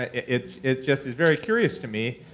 it it just is very curious to me,